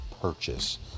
purchase